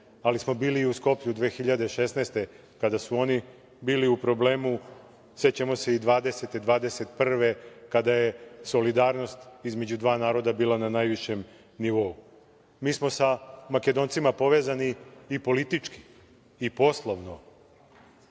ali smo bili u Skoplju i 2016. godine, kada su oni bili u problemu, sećamo se i 2020, 2021. godine, kada je solidarnost između dva naroda bila na najvišem nivou. Mi smo sa Makedoncima povezani i politički i poslovno